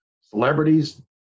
Celebrities